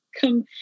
come